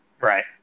Right